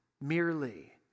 merely